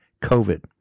COVID